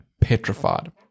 petrified